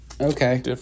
Okay